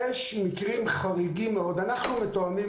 יש מקרים חריגים מאוד אנחנו מתואמים